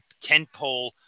tentpole